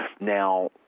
Now